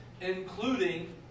including